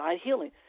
healing